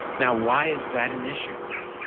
now why is that an issue?